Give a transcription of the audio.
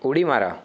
उडी मारा